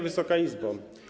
Wysoka Izbo!